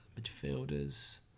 midfielders